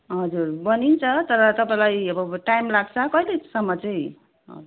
हजुर बनिन्छ तर तपाईँलाई अब टाइम लाग्छ कहिलेसम्म चाहिँ हजुर